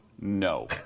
No